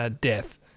death